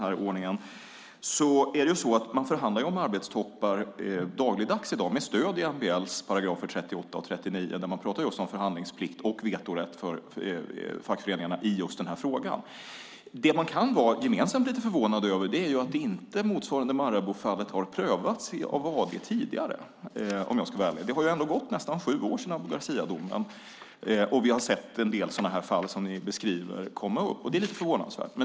I dag förhandlar man om arbetstoppar dagligdags med stöd i MBL § 38 och § 39 om förhandlingsplikt och vetorätt för fackföreningarna i just den här frågan. Det vi gemensamt kan vara lite förvånade över är att motsvarande Maraboufallet inte har prövats av AD tidigare. Det har ändå gått nästan sju år sedan Abu Garcia-domen, och vi har sett en del sådana här fall som ni beskriver komma upp. Det är lite förvånansvärt.